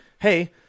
hey